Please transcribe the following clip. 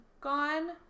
gone